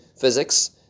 physics